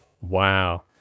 wow